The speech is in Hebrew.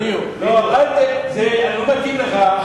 זה לא מתאים לך.